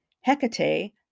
Hecate